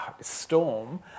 storm